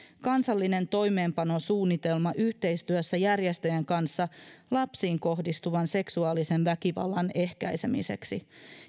kansallinen toimeenpanosuunnitelma yhteistyössä järjestöjen kanssa lapsiin kohdistuvan seksuaalisen väkivallan ehkäisemiseksi